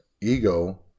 ego